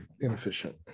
inefficient